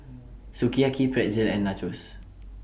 Sukiyaki Pretzel and Nachos